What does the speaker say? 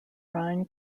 rhein